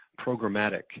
programmatic